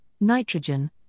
nitrogen